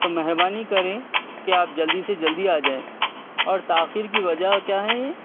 تو مہربابی کریں کہ آپ جلدی سے جلدی آ جائیں اور تاخیر کی وجہ کیا ہے یہ